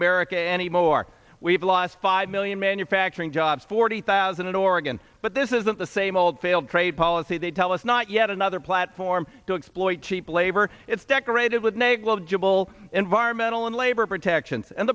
america anymore we've lost five million manufacturing jobs forty thousand in oregon but this isn't the same old failed trade policy they tell us not yet another platform to exploit cheap labor it's decorated with negligible environmental and labor protections and